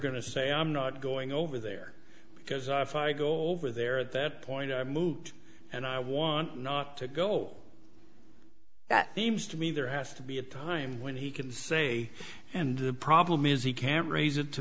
to say i'm not going over there because off i go over there at that point i moved and i want not to go that seems to me there has to be a time when he can say and the problem is he can't raise it to